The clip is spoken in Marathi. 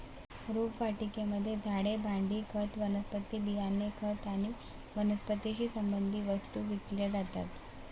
रोपवाटिकेमध्ये झाडे, भांडी, खत, वनस्पती बियाणे, खत आणि वनस्पतीशी संबंधित वस्तू विकल्या जातात